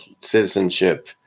citizenship